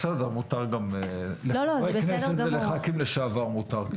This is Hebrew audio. בסדר מותר גם, לחברי כנסת ולח"כים לשעבר מותר.